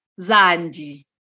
Zandi